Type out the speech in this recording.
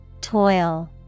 Toil